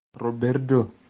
Roberto